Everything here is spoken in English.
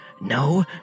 no